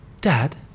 Dad